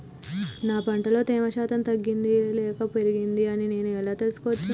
నా పంట లో తేమ శాతం తగ్గింది లేక పెరిగింది అని నేను ఎలా తెలుసుకోవచ్చు?